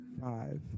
Five